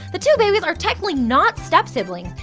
the two babies are technically not stepsiblings.